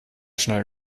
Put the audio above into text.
schnell